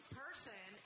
person